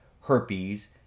herpes